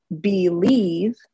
believe